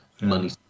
money